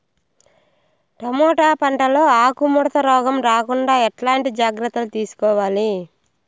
Tomato పంట లో ఆకు ముడత రోగం రాకుండా ఎట్లాంటి జాగ్రత్తలు తీసుకోవాలి?